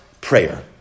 Prayer